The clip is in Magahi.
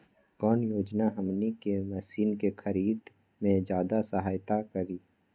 कौन योजना हमनी के मशीन के खरीद में ज्यादा सहायता करी?